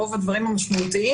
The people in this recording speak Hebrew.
רוב הדברים המשמעותיים.